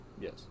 Yes